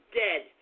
dead